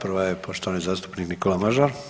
Prvi je poštovani zastupnik Nikola Mažar.